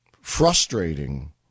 frustrating